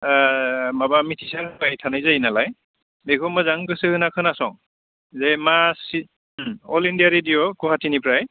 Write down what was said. माबा मिथिसार होबाय थानाय जायो नालाय बेखौ मोजां गोसोहोना खोनासं जे मा सिजोन अल इण्डिया रेडिय' गुवाहाटिनिफ्राय